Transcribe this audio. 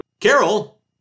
Carol